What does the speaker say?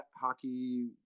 hockey